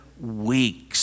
weeks